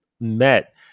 met